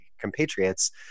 compatriots